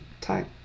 time